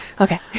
Okay